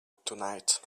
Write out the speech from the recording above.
tonight